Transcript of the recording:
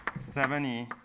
seventy,